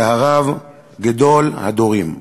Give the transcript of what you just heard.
זה הרב גדול הדורים".